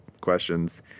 questions